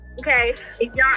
okay